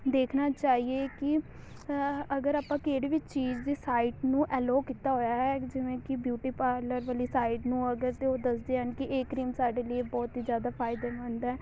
ਦੇਖਣਾ ਚਾਹੀਏ ਕਿ ਅਗਰ ਆਪਾਂ ਕਿਹੜੀ ਵੀ ਚੀਜ਼ ਦੀ ਸਾਈਟ ਨੂੰ ਐਲੋਅ ਕੀਤਾ ਹੋਇਆ ਹੈ ਜਿਵੇਂ ਕਿ ਬਿਊਟੀ ਪਾਰਲਰ ਵਾਲੀ ਸਾਈਟ ਨੂੰ ਅਗਰ ਤੇ ਉਹ ਦੱਸਦੇ ਹਨ ਕਿ ਇਹ ਕਰੀਮ ਸਾਡੇ ਲਈ ਬਹੁਤ ਹੀ ਜ਼ਿਆਦਾ ਫਾਇਦੇਮੰਦ ਹੈ